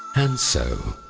and so,